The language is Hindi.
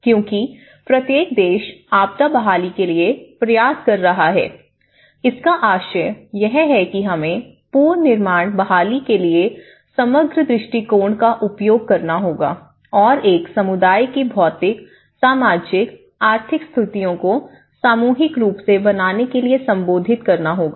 क्योंकि प्रत्येक देश आपदा बहाली के लिए प्रयास कर रहा है इसका आशय यह है कि हमें पुनर्निर्माण बहाली के लिए समग्र दृष्टिकोण का उपयोग करना होगा और एक समुदाय की भौतिक सामाजिक आर्थिक स्थितियों को सामूहिक रूप से बनाने के लिए संबोधित करना होगा